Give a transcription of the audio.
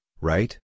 right